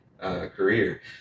career